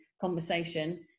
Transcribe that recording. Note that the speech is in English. conversation